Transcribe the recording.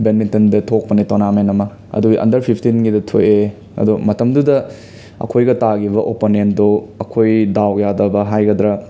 ꯕꯦꯠꯃꯤꯟꯇꯟꯗ ꯊꯣꯛꯄꯅꯦ ꯇꯣꯔꯅꯃꯦꯟ ꯑꯃ ꯑꯗꯨ ꯑꯟꯗꯔ ꯐꯤꯞꯇꯤꯟꯒꯤꯗ ꯊꯣꯛꯑꯦ ꯑꯗꯣ ꯃꯇꯝꯗꯨꯗ ꯑꯩꯈꯣꯏꯒ ꯇꯥꯈꯤꯕ ꯑꯣꯞꯄꯅꯦꯟꯗꯣ ꯑꯩꯈꯣꯏ ꯗꯥꯎ ꯌꯥꯗꯕ ꯍꯥꯏꯒꯗ꯭ꯔ